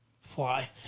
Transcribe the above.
fly